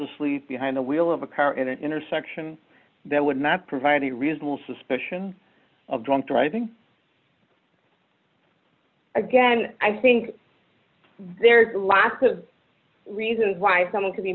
asleep behind the wheel of a car in an intersection that would not provide any reasonable suspicion of drunk driving again i think there are lots of reasons why someone could be